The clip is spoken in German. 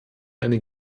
eine